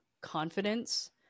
confidence